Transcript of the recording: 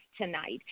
tonight